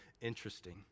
interesting